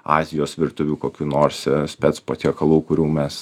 azijos virtuvių kokių nors spec patiekalų kurių mes